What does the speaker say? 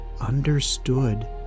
understood